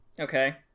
Okay